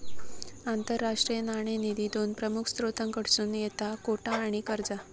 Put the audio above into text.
आंतरराष्ट्रीय नाणेनिधी दोन प्रमुख स्त्रोतांकडसून येता कोटा आणि कर्जा